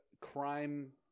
crime